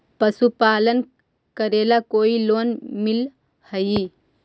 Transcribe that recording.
पशुपालन करेला कोई लोन मिल हइ?